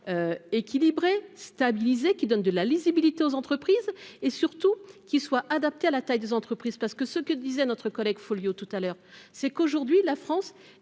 équilibrée stabiliser qui donne de la lisibilité aux entreprises et surtout qui soient adaptés à la taille des entreprises parce que ce que disait notre collègue Folio tout à l'heure, c'est qu'aujourd'hui la France est